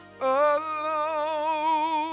alone